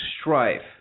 strife